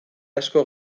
asko